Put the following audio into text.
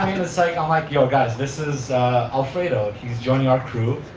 like um like, yo guys, this is alfredo he is joining our crew,